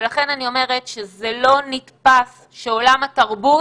ולכן אני אומרת שזה לא נתפס שעולם התרבות